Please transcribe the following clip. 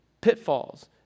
pitfalls